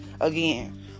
again